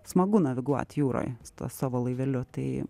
smagu naviguot jūroj su tuo savo laiveliu tai